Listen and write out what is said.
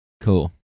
Cool